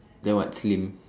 then what s~ game